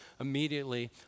immediately